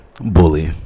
Bully